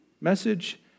Message